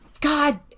god